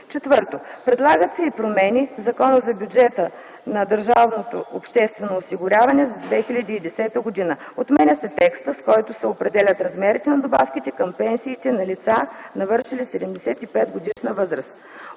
дни; 4. предлагат се и промени в Закона за бюджета на държавното обществено осигуряване за 2010 г.: - отменя се текстът, с който се определят размерите на добавките към пенсиите на лица, навършили 75-годишна възраст;